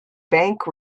bank